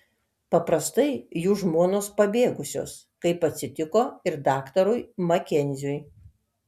paprastai jų žmonos pabėgusios kaip atsitiko ir daktarui makenziui